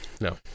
no